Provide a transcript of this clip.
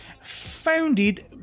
founded